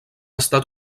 estat